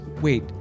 Wait